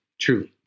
Truly